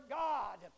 god